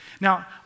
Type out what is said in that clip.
Now